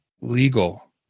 legal